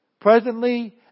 Presently